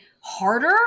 harder